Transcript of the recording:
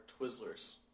Twizzlers